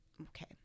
Okay